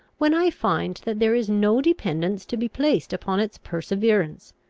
when i find that there is no dependence to be placed upon its perseverance,